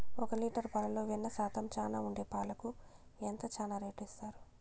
ఒక లీటర్ పాలలో వెన్న శాతం చానా ఉండే పాలకు ఎంత చానా రేటు ఇస్తారు?